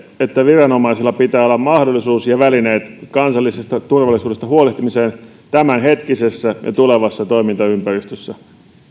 että viranomaisilla pitää olla mahdollisuus ja välineet kansallisesta turvallisuudesta huolehtimiseen tämänhetkisessä ja tulevassa toimintaympäristössä